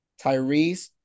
Tyrese